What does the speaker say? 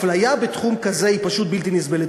אפליה בתחום כזה היא פשוט בלתי נסבלת.